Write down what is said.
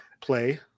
play